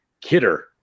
Kidder